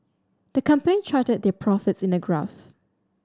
the company charted their profits in a graph